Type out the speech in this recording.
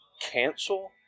cancel